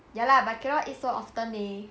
ya lah but cannot eat so often leh